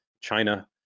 China